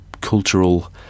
cultural